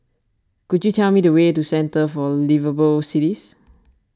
could you tell me the way to Centre for Liveable Cities